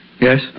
Yes